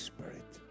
Spirit